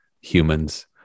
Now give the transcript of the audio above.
humans